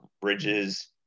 bridges